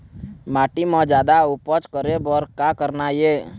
माटी म जादा उपज करे बर का करना ये?